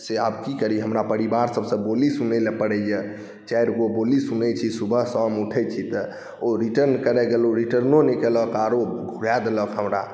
से आब की करी हमरा परिवारसबसँ बोली सुनैलए पड़ैए चारिगो बोली सुनै छी सुबह शाम उठै छी तऽ ओ रिटर्न करै गेलहुँ रिटर्नो नहि केलक आओर घुरा देलक हमरा